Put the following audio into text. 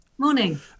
Morning